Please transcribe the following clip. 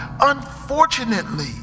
Unfortunately